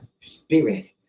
spirit